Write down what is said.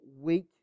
weak